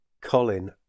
Colin